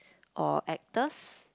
or actors